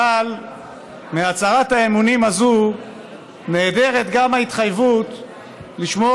אבל מהצהרת האמונים הזאת נעדרת גם ההתחייבות לשמור